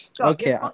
okay